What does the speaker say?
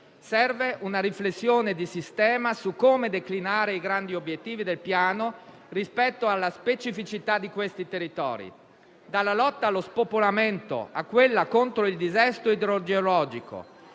serve una riflessione di sistema su come declinare i grandi obiettivi del Piano rispetto alla specificità di questi territori. Dalla lotta allo spopolamento a quella contro il dissesto idrogeologico,